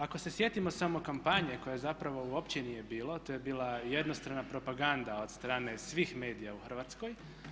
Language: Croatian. Ako se sjetimo samo kampanje koje zapravo uopće nije bilo, to je bila jednostrana propaganda od strane svih medija u Hrvatskoj.